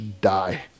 die